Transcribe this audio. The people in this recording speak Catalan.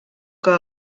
que